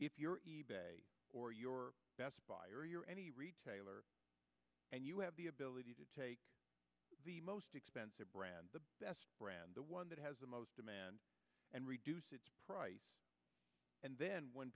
your or your best buy or you're any retailer and you have the ability to take the most expensive brands the best brand the one that has the most demand and reduce its price and then when